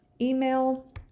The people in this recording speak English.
email